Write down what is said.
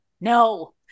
no